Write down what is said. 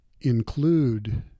include